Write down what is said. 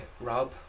rob